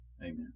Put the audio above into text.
Amen